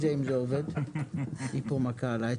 הערה